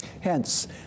Hence